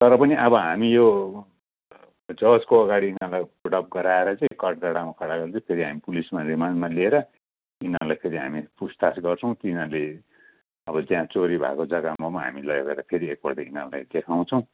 तर पनि अब हामी यो जजको अगाडि यिनीहरूलाई पुट अप गराएर चाहिँ कठघरामा खडा गराएर चाहिँ फेरि हामी पुलिसमा रिमान्डमा लिएर यिनीहरूलाई फेरि हामी पुछताछ गर्छौँ तिनीहरूले अब त्यहाँ चोरी भएको जग्गामा पनि हामी लगेर फेरि एकपल्ट यिनीहरूलाई देखाउँछौँ